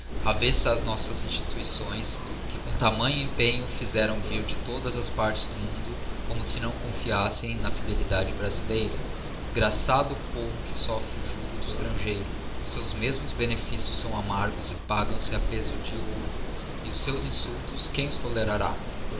instituições que com tamanho empenho fizeram vir de todas as partes do mundo como se não confiassem na fidelidade brasileira desgraçado o povo que soffre o jugo do estrangeiro os seus mesmos beneficios são amargos e pagam a peso de ouro e os seus insultos quem os tolerará